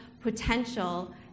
potential